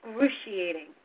excruciating